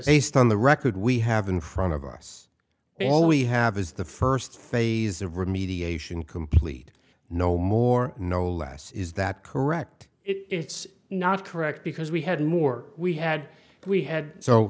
based on the record we have in front of us and all we have is the first phase of remediation complete no more no less is that correct it's not correct because we had more we had we had so